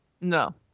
No